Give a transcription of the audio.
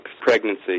pregnancy